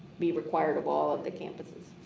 we required of all the campuses.